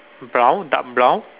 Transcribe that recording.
brown dark brown